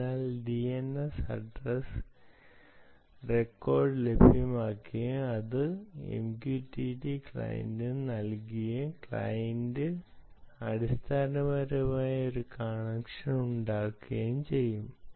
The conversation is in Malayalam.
അതിനാൽ DNS അഡ്രസ് റെക്കോർഡ് ലഭ്യമാക്കുകയും അത് MQTT ക്ലയന്റിന് നൽകുകയും ക്ലയന്റ് അടിസ്ഥാനമാക്കി ഒരു കണക്ഷൻ ഉണ്ടാക്കുകയും ചെയ്യും